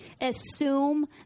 Assume